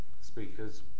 speakers